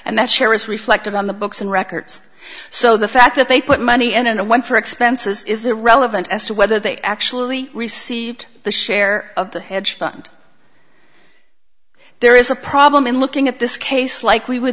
and that share is reflected on the books and records so the fact that they put money in and one for expenses is irrelevant as to whether they actually received the share of the hedge fund there is a problem in looking at this case like we w